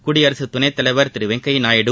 குடியரசுத் துணைத்தலைவா் திரு வெங்கையா நாயுடு